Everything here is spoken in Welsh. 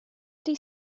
ydy